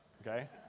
okay